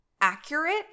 accurate